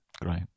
Great